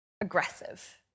aggressive